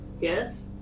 Yes